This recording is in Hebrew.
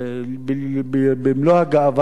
במלוא הגאווה,